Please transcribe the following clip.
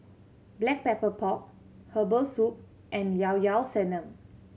Black Pepper Pork herbal soup and Llao Llao Sanum